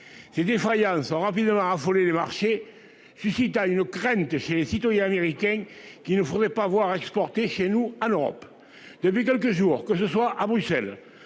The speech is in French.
C'est effrayant ça rapidement affolé les marchés. Suscita une crainte chez les citoyens américains qui ne voudraient pas voir exporter chez nous à l'Europe, depuis quelques jours, que ce soit à Bruxelles,